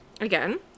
again